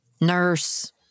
nurse